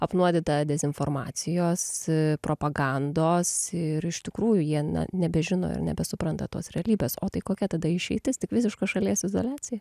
apnuodyta dezinformacijos propagandos ir iš tikrųjų jie na nebežino ir nebesupranta tos realybės o tai kokia tada išeitis tik visiška šalies izoliacija